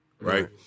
right